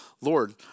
Lord